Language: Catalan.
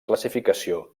classificació